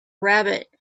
rabbit